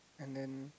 and then